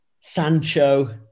Sancho